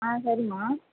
சரிம்மா